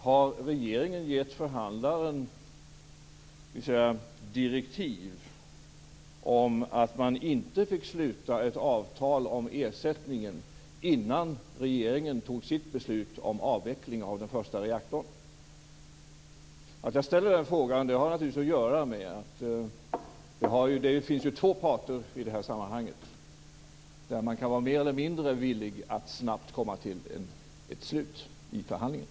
Har regeringen gett förhandlarna direktiv om att de inte fick sluta ett avtal om ersättningen innan regeringen fattade sitt beslut om avveckling av den första reaktorn? Att jag ställer den frågan har naturligtvis att göra med att det finns två parter i det här sammanhanget som kan vara mer eller mindre villiga att snabbt komma fram till ett slut på förhandlingen.